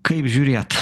kaip žiūrėt